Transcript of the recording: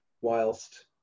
whilst